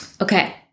Okay